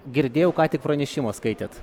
girdėjau ką tik pranešimą skaitėt